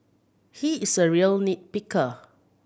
he is a real nit picker